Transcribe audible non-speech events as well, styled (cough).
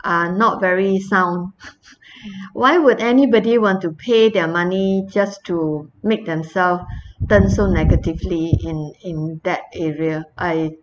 uh not very sound (laughs) why would anybody want to pay their money just to make themselves turn so negatively in in that area I